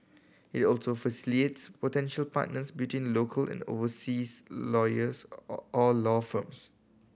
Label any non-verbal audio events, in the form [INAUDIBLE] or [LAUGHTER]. it also facilitates potential partners between local and overseas lawyers [UNINTELLIGIBLE] or law firms